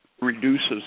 reduces